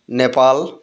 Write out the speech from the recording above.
Nepal